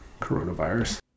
coronavirus